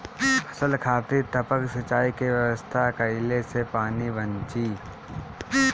फसल खातिर टपक सिंचाई के व्यवस्था कइले से पानी बंची